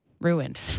ruined